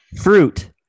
Fruit